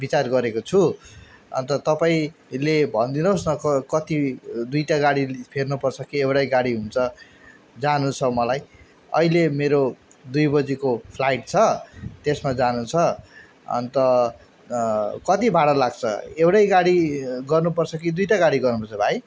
विचार गरेको छु अन्त तपाईँले भनिदिनु होस् न क कति दुइवटा गाडी फेर्न पर्छ कि एउटै गाडी हुन्छ जानु छ मलाई अहिले मेरो दुई बजेको फ्लाइट छ त्यसमा जानु छ अन्त कति भाडा लाग्छ एउटै गाडी गर्नु पर्छ कि दुइवटा गाडी गर्नु पर्छ भाइ